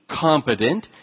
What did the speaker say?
competent